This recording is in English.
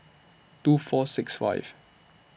two four six five